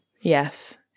Yes